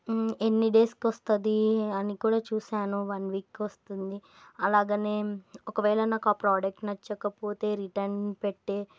ఎన్ని డేస్కి వస్తుంది అని కూడా చూశాను వన్ వీక్కి వస్తుంది అలాగే ఒకవేళ నాకు ఆ ప్రోడక్ట్ నచ్చకపోతే రిటర్న్ పెట్టే